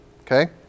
okay